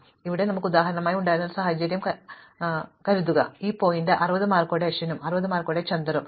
അതിനാൽ ഇവിടെ നമുക്ക് ഉദാഹരണമായി ഉണ്ടായിരുന്ന ഒരു സാഹചര്യം ഉണ്ടെന്ന് കരുതുക ഈ പോയിന്റ് 60 മാർക്കോടെ അശ്വിനും 60 മാർക്കോടെ ചന്ദറും